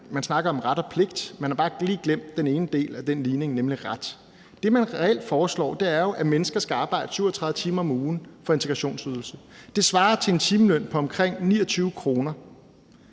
man snakker om ret og pligt, men man har bare lige glemt den ene del af den ligning, nemlig ret. Det, man reelt foreslår, er, at mennesker skal arbejde 37 timer om ugen for integrationsydelsen. Det svarer til en timeløn på omkring 29 kr.